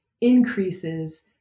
increases